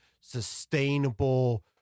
sustainable